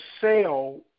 sell